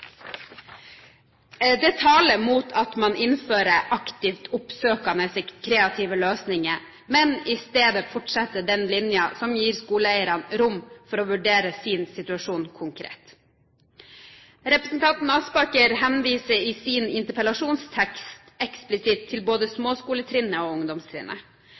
Det taler mot at man innfører aktivt oppsøkende kreative løsninger, men i stedet fortsetter den linjen som gir skoleeierne rom for å vurdere sin situasjon konkret. Representanten Aspaker henviser i sin interpellasjonstekst eksplisitt til både småskoletrinnet og ungdomstrinnet.